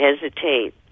hesitate